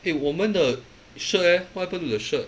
eh 我们的 shirt leh what happened to the shirt